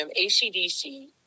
ACDC